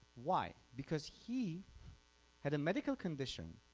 why? because he had a medical condition